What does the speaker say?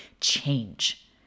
change